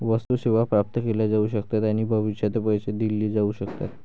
वस्तू, सेवा प्राप्त केल्या जाऊ शकतात आणि भविष्यात पैसे दिले जाऊ शकतात